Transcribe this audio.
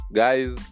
guys